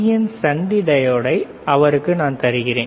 என் சந்தி டையோடை அவருக்கு நான் தருகிறேன்